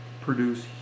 produce